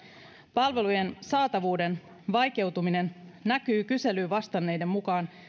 palvelujen saatavuuden vaikeutuminen näkyy kyselyyn vastanneiden mukaan